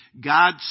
God